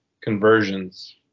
conversions